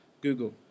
Google